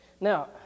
Now